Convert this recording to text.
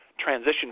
transition